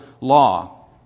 law